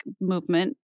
movement